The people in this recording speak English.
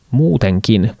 muutenkin